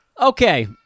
Okay